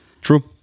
true